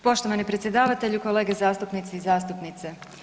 Poštovani predsjedavatelju, kolege zastupnici i zastupnice.